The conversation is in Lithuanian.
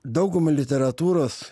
dauguma literatūros